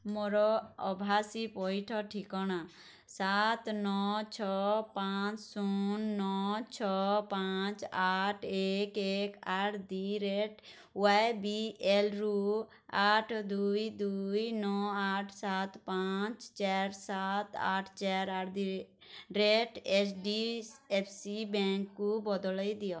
ମୋର ଆଭାସୀ ପଇଠ ଠିକଣା ସାତ ନଅ ଛଅ ପାଞ୍ଚ ଶୂନ ନଅ ଛଅ ପାଞ୍ଚ ଆଠ ଏକ ଏକ ଆଟ୍ ଦ ରେଟ୍ ୱାଇବିଏଲ୍ରୁ ଆଠ ଦୁଇ ଦୁଇ ନଅ ଆଠ ସାତ ପାଞ୍ଚ ଚାରି ସାତ ଆଠ ଚାରି at the rate H D F C ବ୍ୟାଙ୍କ୍କୁ ବଦଳେଇ ଦିଅ